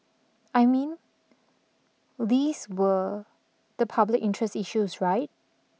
I mean these were the public interest issues right